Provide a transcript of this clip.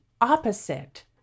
opposite